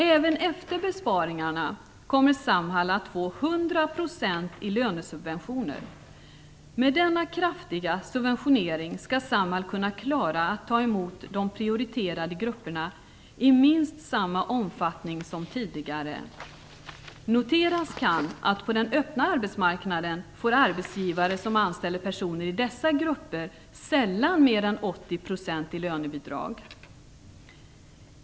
Även efter besparingarna kommer Samhall att få 100 % i lönesubventioner. Med denna kraftiga subventionering skall Samhall kunna klara att ta emot de prioriterade grupperna i minst samma omfattning som tidigare. Det kan noteras att på den öppna arbetsmarknaden får arbetsgivare som anställer personer i dessa grupper sällan mer än 80 % i lönebidrag.